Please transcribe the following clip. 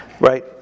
right